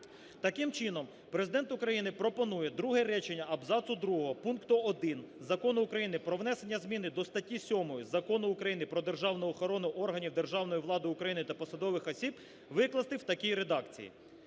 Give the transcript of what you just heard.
Таким чином Президент України пропонує друге речення абзацу другого пункту 1 Закону України про внесення зміни до статті 7 Закону України "Про державну охорону органів державної влади України та посадових осіб" викласти в такій редакції: